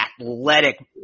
athletic